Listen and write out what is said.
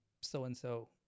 so-and-so